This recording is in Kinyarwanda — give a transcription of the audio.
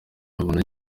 abona